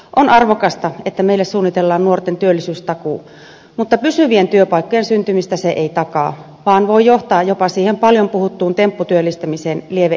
on arvokasta että meille suunnitellaan nuorten työllisyystakuu mutta pysyvien työpaikkojen syntymistä se ei takaa vaan voi johtaa jopa siihen paljon puhuttuun tempputyöllistämiseen lieveilmiöineen